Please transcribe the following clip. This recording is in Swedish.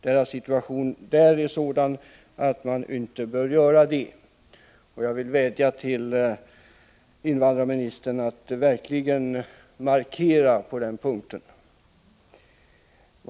Deras situation där är sådan att man inte bör göra det. Jag vädjar till invandrarministern att verkligen göra en markering på den punkten.